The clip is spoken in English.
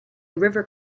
river